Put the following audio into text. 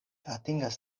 atingas